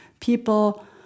people